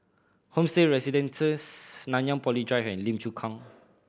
Homestay Residences Nanyang Poly Drive and Lim Chu Kang